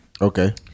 Okay